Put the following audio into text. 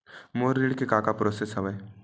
मोर ऋण के का का प्रोसेस हवय?